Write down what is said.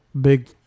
big